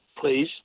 please